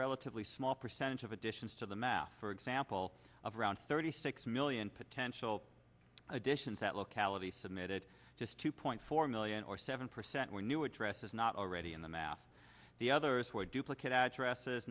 relatively small percentage of additions to the math for example of around thirty six million potential additions that locality submitted just two point four million or seven percent were new addresses not already in the math the others were duplicate addresses